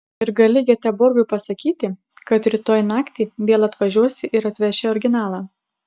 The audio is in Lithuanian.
ir gali geteborgui pasakyti kad rytoj naktį vėl atvažiuosi ir atveši originalą